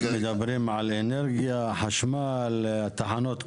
אנחנו מדברים על אנרגיה, חשמל, תחנות כוח,